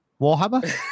warhammer